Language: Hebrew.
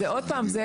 זה